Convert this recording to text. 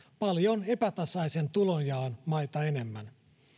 paljon epätasaisen tulonjaon maita enemmän